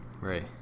Right